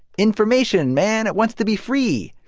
information, man. it wants to be free.